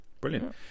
brilliant